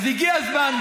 אז הגיע הזמן,